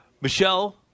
Michelle